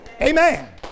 Amen